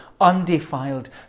undefiled